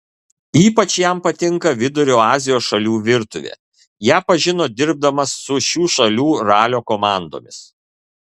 ypač jam patinka vidurio azijos šalių virtuvė ją pažino dirbdamas su šių šalių ralio komandomis